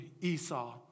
Esau